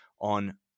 on